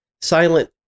Silent